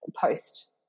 post